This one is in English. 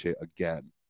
again